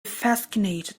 fascinated